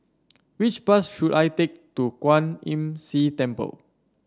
which bus should I take to Kwan Imm See Temple